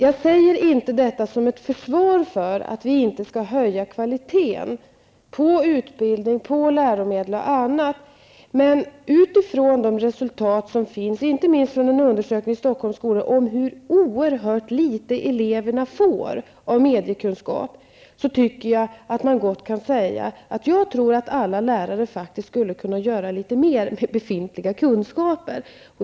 Jag säger inte detta som ett försvar för att vi inte skall höja kvaliteten på utbildning, läromedel och annat. Men utifrån de resultat av undersökningar som utförts, inte minst från en undersökning från Stockholms skolor, vilka visar hur oerhört litet undervisning eleverna får i mediekunskap, anser jag faktiskt att alla lärare skulle kunna göra litet mer med befintliga kunskaper.